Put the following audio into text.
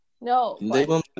No